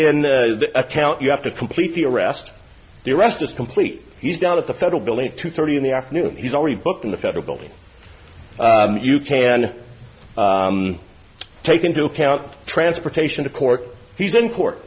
in account you have to complete the arrest the arrest is complete he's down at the federal building at two thirty in the afternoon he's already booked in the federal building you can take into account transportation to court he's in cour